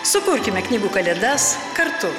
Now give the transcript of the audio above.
sukurkime knygų kalėdas kartu